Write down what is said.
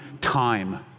time